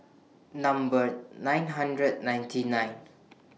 Number nine hundred ninety nine